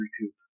recoup